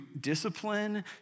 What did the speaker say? discipline